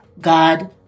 God